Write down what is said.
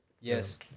Yes